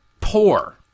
poor